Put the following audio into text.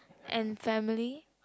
and family